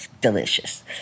delicious